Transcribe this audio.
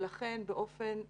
ולכן באופן מיוחד,